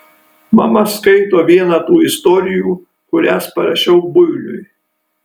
mama skaito vieną tų istorijų kurias parašiau builiui